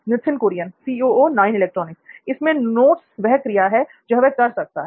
नित्थिन कुरियन इसमें नोट्स वह क्रिया है जो वह कर सकता है